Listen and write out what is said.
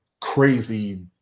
crazy